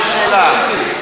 יש לי שאלה.